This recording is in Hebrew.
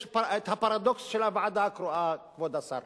יש הפרדוקס של הוועדה הקרואה, כבוד השר: